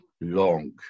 long